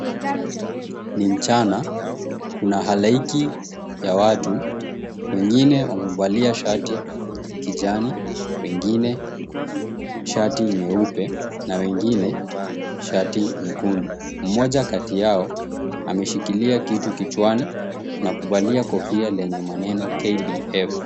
Ni mchana. Kuna halaiki ya watu. Wengine wamevalia shati ya kijani, wengine shati nyeupe na wengine shati nyekundu. Mmoja kati yao ameshikilia kitu kichwani na kuvalia kofia lenye maneno KDF.